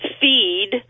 feed